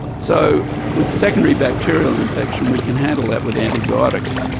so with secondary bacterial infection we can handle that with antibiotics.